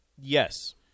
Yes